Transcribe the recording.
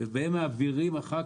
והם מעבירים אחר